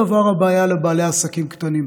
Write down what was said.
אותה בעיה לבעלי עסקים קטנים.